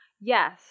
Yes